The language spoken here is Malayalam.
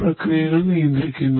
0